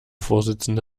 vorsitzende